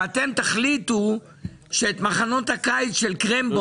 ואתם תחליטו שאתם מורידים את מחנות הקיץ של קרמבו,